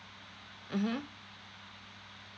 mmhmm